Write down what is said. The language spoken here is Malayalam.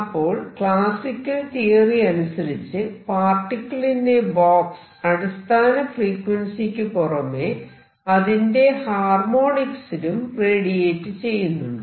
അപ്പോൾ ക്ലാസിക്കൽ തിയറി അനുസരിച്ച് പാർട്ടിക്കിൾ ഇൻ എ ബോക്സ് അടിസ്ഥാന ഫ്രീക്വൻസിയ്ക്കു പുറമെ അതിന്റെ ഹാർമോണിക്സിലും റേഡിയേറ്റ് ചെയ്യുന്നുണ്ട്